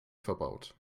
verbaut